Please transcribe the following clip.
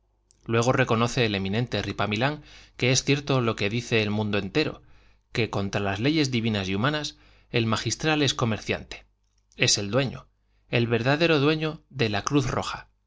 luego reconoce el eminente ripamilán que es cierto lo que dice el mundo entero que contra las leyes divinas y humanas el magistral es comerciante es el dueño el verdadero dueño de la cruz roja